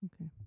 Okay